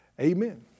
Amen